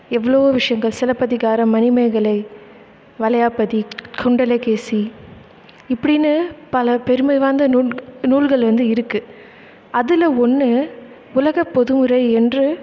எவ்வளவோ விஷயங்கள் சிலப்பதிகாரம் மணிமேகலை வளையாபதி குண்டலகேசி இப்படின்னு பல பெருமை வாய்ந்த நூல் நூல்கள் வந்து இருக்குது அதில் ஒன்று உலக பொதுமறை என்று